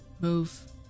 move